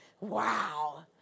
wow